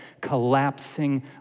collapsing